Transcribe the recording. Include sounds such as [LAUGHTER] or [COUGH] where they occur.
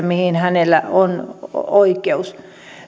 [UNINTELLIGIBLE] mihin hänellä on oikeus